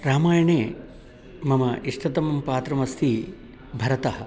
रामायणे मम इष्टतमं पात्रमस्ति भरतः